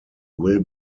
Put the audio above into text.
will